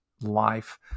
life